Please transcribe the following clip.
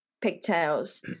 pigtails